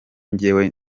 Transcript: njyewe